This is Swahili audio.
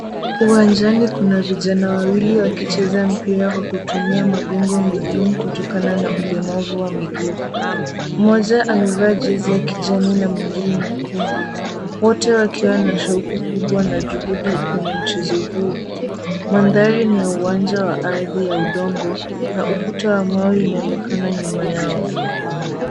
Uwanjani kuna vijana wawili wakicheza mpira wa kutumia magongo maalum kutokana na ulemavu wa miguu, mmoja amevaa jezi ya kijani na mwingine nyekundu, wote wakiwa na shauku kubwa na juhudi kwenye mchezo huo. Mandhari ni ya uwanja wa ardhi ya udongo na ukuta wa mawe unaonekana nyuma yao.